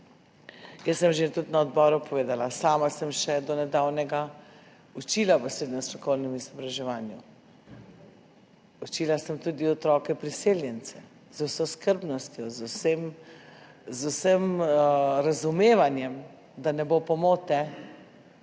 Jaz sem že tudi na odboru povedala, sama sem še do nedavnega učila v srednjem strokovnem izobraževanju. Učila sem tudi otroke priseljence, z vso skrbnostjo, z vsem razumevanjem, da ne bo pomote